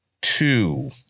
two